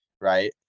right